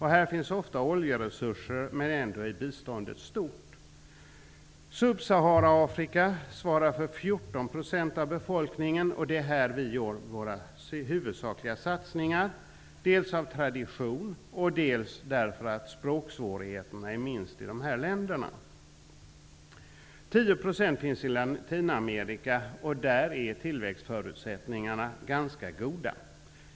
Här finns ofta oljeresurser, men ändå är biståndet stort. Subsahara-Afrika svarar för 14 %. Det är här som vi gör våra huvudsakliga satsningar, dels av tradition, dels därför att språksvårigheterna är minst i länder i detta område. 10 % finns i Latinamerika, och där är tillväxtförutsättningarna ganska goda.